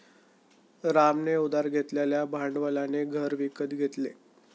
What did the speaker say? रामने उधार घेतलेल्या भांडवलाने घर विकत घेतले